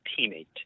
teammate